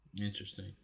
Interesting